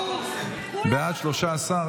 13,